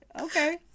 Okay